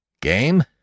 Game